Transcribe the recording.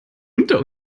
unter